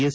S